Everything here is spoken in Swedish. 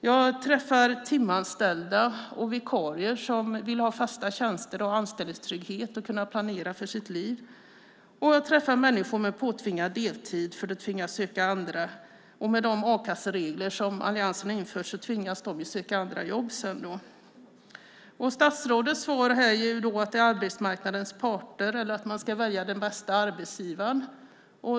Jag träffar timanställda och vikarier som vill ha fasta tjänster och anställningstrygghet så att de kan planera för sitt liv. Jag träffar människor med påtvingad deltid, eftersom de a-kasseregler som alliansen har infört innebär att de tvingas söka andra jobb. Statsrådets svar är att det handlar om arbetsmarknadens parter eller att man ska välja den bästa arbetsgivaren.